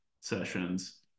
sessions